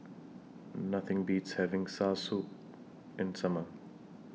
Nothing Beats having Soursop in The Summer